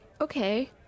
Okay